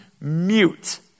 mute